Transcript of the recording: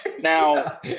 Now